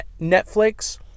Netflix